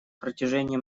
протяжении